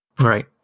Right